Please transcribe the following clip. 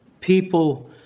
people